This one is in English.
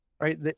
Right